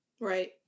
Right